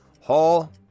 Hall